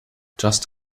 just